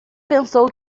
pensou